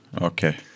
okay